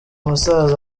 musaza